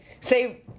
say